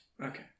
Okay